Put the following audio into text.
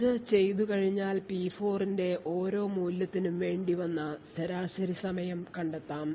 ഇത് ചെയ്തുകഴിഞ്ഞാൽ P4 ന്റെ ഓരോ മൂല്യത്തിനും വേണ്ടി വന്ന ശരാശരി സമയം കണ്ടെത്താം